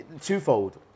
twofold